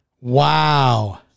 Wow